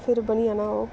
फिर बनी जाना ओह्